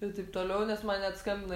ir taip toliau nes man net skambina